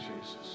Jesus